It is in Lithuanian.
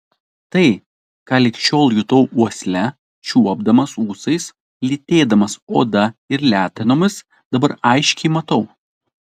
tai ką lig šiol jutau uosle čiuopdamas ūsais lytėdamas oda ir letenomis dabar aiškiai matau